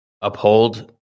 uphold